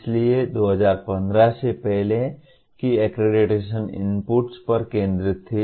इसलिए 2015 से पहले की अक्रेडिटेशन इनपुट्स पर केंद्रित थी